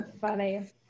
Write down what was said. funny